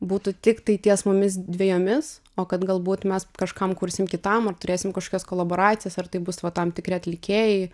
būtų tiktai ties mumis dvejomis o kad galbūt mes kažkam kursim kitam ar turėsim kažkokias kolaboracijas ar tai bus va tam tikri atlikėjai